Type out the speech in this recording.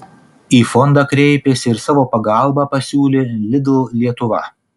į fondą kreipėsi ir savo pagalbą pasiūlė lidl lietuva